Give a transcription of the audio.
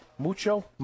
Mucho